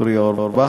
אורי אורבך.